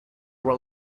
were